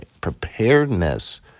preparedness